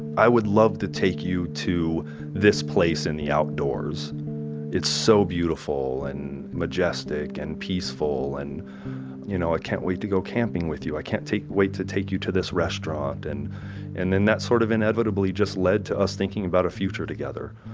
i would love to take you to this place in the outdoors it's so beautiful and majestic and peaceful and you know i can't wait to go camping with you. i can't wait to take you to this restaurant. and and then that sort of inevitably just led to us thinking about a future together.